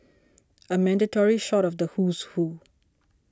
a mandatory shot of the who's who